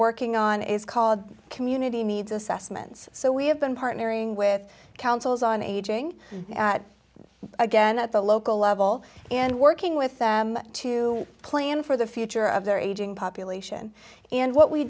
working on is called community needs assessments so we have been partnering with councils on aging again at the local level and working with them to plan for the future of their aging population and what we